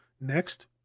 Next